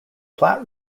platt